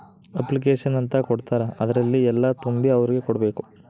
application ಅಂತ ಕೊಡ್ತಾರ ಅದ್ರಲ್ಲಿ ಎಲ್ಲ ತುಂಬಿ ಅವ್ರಿಗೆ ಕೊಡ್ಬೇಕು